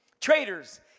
traitors